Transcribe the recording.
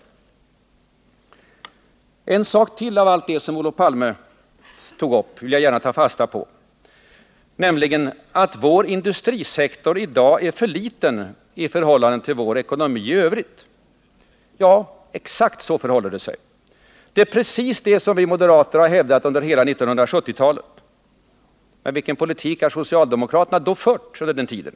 Det var en sak till av allt det som Olof Palme tog upp som jag gärna vill ta fasta på, nämligen att vår industrisektor i dag är för liten i förhållande till vår ekonomi i övrigt. Ja, exakt så förhåller det sig. Det är precis det som vi moderater har hävdat under hela 1970-talet. Men vilken politik har då socialdemokraterna fört under den tiden?